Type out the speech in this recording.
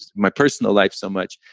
my personal life so much,